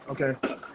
Okay